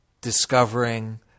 discovering